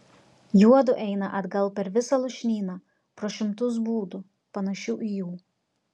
juodu eina atgal per visą lūšnyną pro šimtus būdų panašių į jų